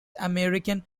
american